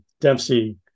Dempsey